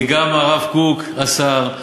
כי גם הרב קוק אסר,